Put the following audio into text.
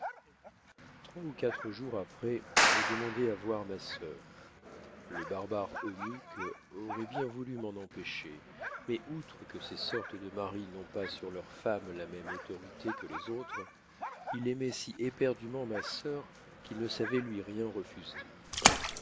trois ou quatre jours après je demandai à voir ma soeur le barbare eunuque auroit bien voulu m'en empêcher mais outre que ces sortes de maris n'ont pas sur leurs femmes la même autorité que les autres il aimoit si éperdument ma sœur qu'il ne savoit rien lui refuser